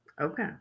okay